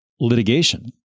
litigation